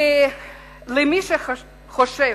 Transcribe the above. ולמי שחושב,